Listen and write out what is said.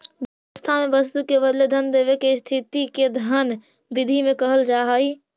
व्यवस्था में वस्तु के बदले धन देवे के स्थिति के धन विधि में कहल जा हई